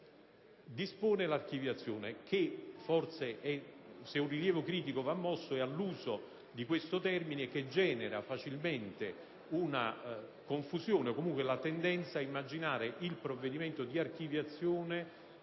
dispone l'archiviazione. Allora se un rilievo critico va mosso, è all'uso di questo termine che genera facilmente confusione o comunque la tendenza ad immaginare il provvedimento di archiviazione